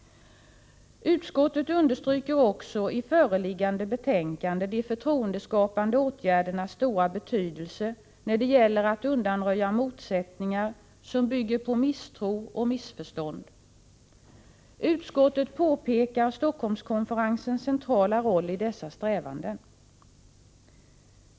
Utskottet understryker också i föreliggande betänkande de förtroendeskapande åtgärdernas stora betydelse när det gäller att undanröja motsättningar som bygger på misstro och missförstånd. Utskottet framhåller Stockholmskonferensens centrala roll i dessa strävanden.